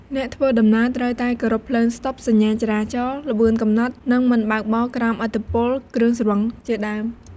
អ្នកធ្វើដំណើរត្រូវតែ គោរពភ្លើងស្តុប សញ្ញាចរាចរណ៍ ល្បឿនកំណត់ និងមិនបើកបរក្រោមឥទ្ធិពលគ្រឿងស្រវឹង ជាដើម។